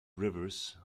rivers